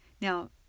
Now